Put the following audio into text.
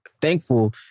thankful